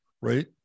right